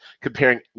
comparing